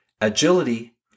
agility